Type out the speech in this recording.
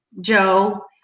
Joe